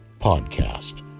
podcast